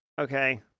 okay